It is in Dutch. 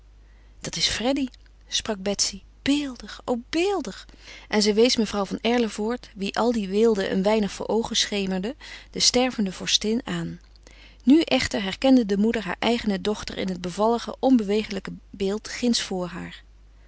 dat is freddy sprak betsy beeldig o beeldig en zij wees mevrouw van erlevoort wie al die weelde een weinig voor oogen schemerde de stervende vorstin aan nu echter herkende de moeder haar eigene dochter in het bevallige onbewegelijke beeld ginds voor haar